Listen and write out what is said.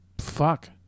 Fuck